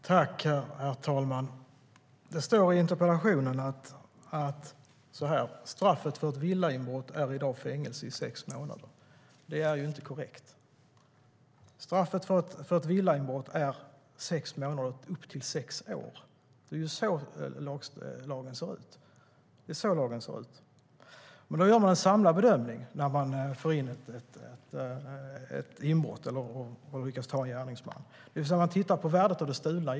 Herr talman! Det står i interpellationen: Straffet för ett villainbrott är i dag fängelse i sex månader. Det är inte korrekt. Straffet för ett villainbrott är sex månader upp till sex år. Det är så lagen ser ut. Man gör en samlad bedömning när man får in ett inbrott och lyckas ta gärningsmannen. Man tittar på värdet av det stulna.